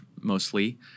mostly